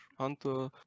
Hunter